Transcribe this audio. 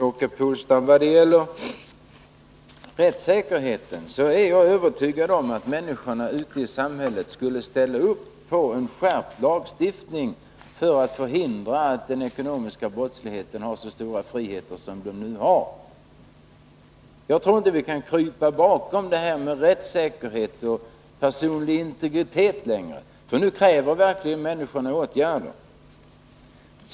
Fru talman! I vad gäller rättssäkerheten är jag övertygad om att människorna ute i samhället skulle ställa upp på en skärpt lagstiftning för att hindra att den ekonomiska brottsligheten får så stora friheter. Jag tror inte att vi kan krypa bakom detta med rättssäkerhet och personlig integritet längre. Nu kräver verkligen människorna åtgärder.